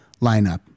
lineup